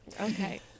Okay